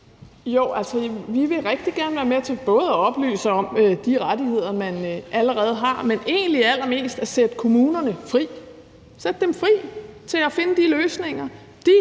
vi vil rigtig gerne være med til både at oplyse om de rettigheder, man allerede har, men vi vil egentlig allerhelst sætte kommunerne fri; sætte dem fri til at finde de løsninger, de